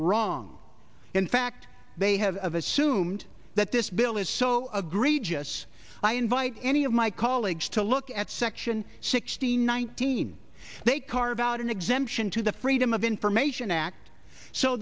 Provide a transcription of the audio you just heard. wrong in fact they have assumed that this bill is so agree jess i invite any of my colleagues to look at section sixty nineteen they carve out an exemption to the freedom of information act so